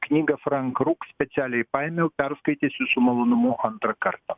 knygą frankruk specialiai paėmiau perskaitysiu su malonumu antrą kartą